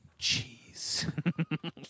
Jeez